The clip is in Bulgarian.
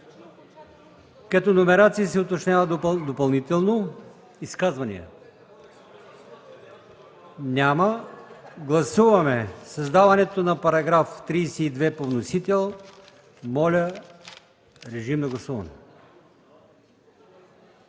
като номерацията се уточнява допълнително. Изказвания? Няма. Гласуваме създаването на § 32 по вносител. Режим на гласуване.